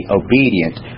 obedient